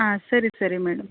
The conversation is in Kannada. ಹಾಂ ಸರಿ ಸರಿ ಮೇಡಮ್